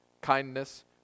kindness